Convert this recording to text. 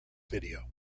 video